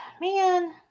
man